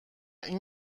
این